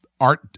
art